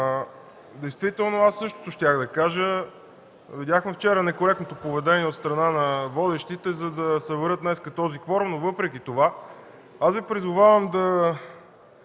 Действително, същото щях да кажа. Видяхме вчера некоректното поведение от страна на водещите, за да съберат днес този кворум, но въпреки това аз Ви призовавам при